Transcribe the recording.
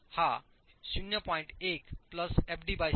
1 fd 6 आहे